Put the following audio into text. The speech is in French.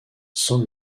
sans